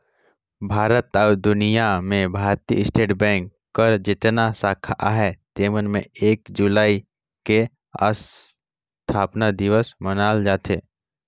भारत अउ दुनियां में भारतीय स्टेट बेंक कर जेतना साखा अहे तेमन में एक जुलाई के असथापना दिवस मनाल जाथे